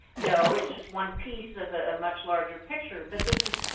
no, it's just one piece of a much larger picture. but this is.